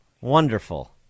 Wonderful